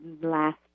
Last